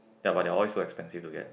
ya but they are all is so expensive to get